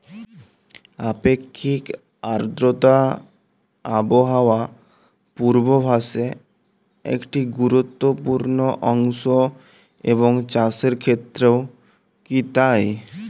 আপেক্ষিক আর্দ্রতা আবহাওয়া পূর্বভাসে একটি গুরুত্বপূর্ণ অংশ এবং চাষের ক্ষেত্রেও কি তাই?